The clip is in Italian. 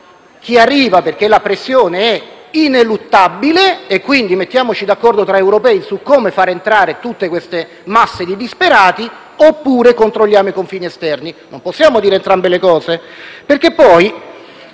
chi arriva, perché la pressione è ineluttabile, e mettiamoci d'accordo tra europei su come far entrare tutte queste masse di disperati, oppure controlliamo i confini esterni. Non possiamo dire entrambe le cose, perché poi,